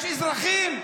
יש אזרחים.